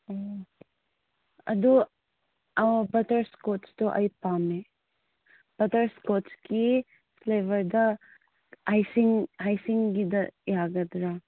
ꯑꯣ ꯑꯗꯨ ꯕꯠꯇꯔ ꯏꯁꯀꯣꯠꯁꯇꯣ ꯑꯩ ꯄꯥꯝꯃꯦ ꯕꯠꯇꯔ ꯏꯁꯀꯣꯠꯁꯀꯤ ꯐ꯭ꯂꯦꯕꯔꯗ ꯍꯥꯏꯁꯤꯡ ꯍꯥꯏꯁꯤꯡꯒꯤꯗ ꯌꯥꯒꯗ꯭ꯔꯥ